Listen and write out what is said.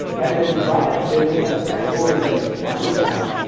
and then drop that bit-lee as a text overlay on your snap,